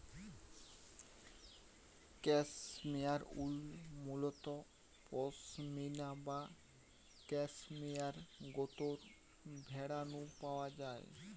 cashmere উল মুলত পসমিনা বা ক্যাশমেয়ার গোত্রর ভেড়া নু পাওয়া যায়